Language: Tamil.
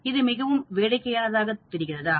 இது மிகவும் வேடிக்கையானதாகத் தெரிகிறதா